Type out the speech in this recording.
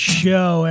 show